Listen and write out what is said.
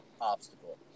obstacle